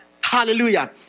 Hallelujah